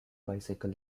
bicycle